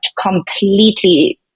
completely